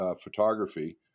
photography